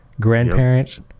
grandparents